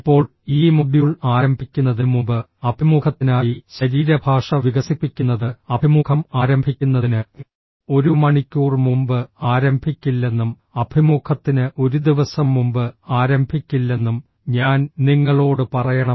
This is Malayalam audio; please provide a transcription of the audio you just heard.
ഇപ്പോൾ ഈ മൊഡ്യൂൾ ആരംഭിക്കുന്നതിന് മുമ്പ് അഭിമുഖത്തിനായി ശരീരഭാഷ വികസിപ്പിക്കുന്നത് അഭിമുഖം ആരംഭിക്കുന്നതിന് ഒരു മണിക്കൂർ മുമ്പ് ആരംഭിക്കില്ലെന്നും അഭിമുഖത്തിന് ഒരു ദിവസം മുമ്പ് ആരംഭിക്കില്ലെന്നും ഞാൻ നിങ്ങളോട് പറയണം